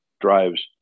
drives